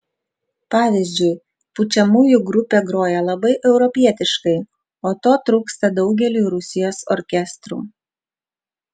pavyzdžiui pučiamųjų grupė groja labai europietiškai o to trūksta daugeliui rusijos orkestrų